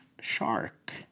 shark